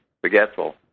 forgetful